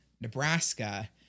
Nebraska